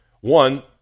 One